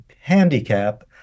handicap